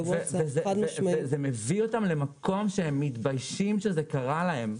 זה מביא אותם למקום שהם מתביישים שזה קרה להם.